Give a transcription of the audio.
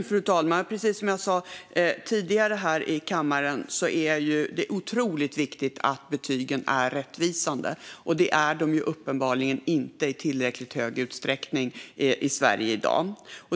Fru talman! Precis som jag sa tidigare här i kammaren är det otroligt viktigt att betygen är rättvisande. Det är de uppenbarligen inte i tillräckligt hög utsträckning i Sverige i dag.